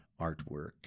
artwork